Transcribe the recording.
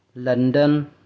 London